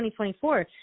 2024